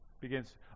begins